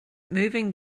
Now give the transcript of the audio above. moving